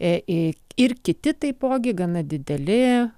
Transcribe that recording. į ir kiti taipogi gana dideli